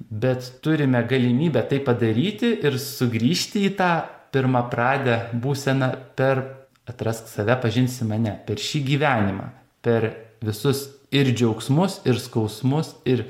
bet turime galimybę tai padaryti ir sugrįžti į tą pirmapradę būseną per atrask save pažinsi mane per šį gyvenimą per visus ir džiaugsmus ir skausmus ir